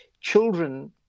children